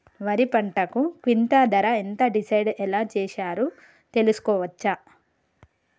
వరి పంటకు క్వింటా ధర ఎంత డిసైడ్ ఎలా చేశారు తెలుసుకోవచ్చా?